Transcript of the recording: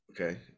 Okay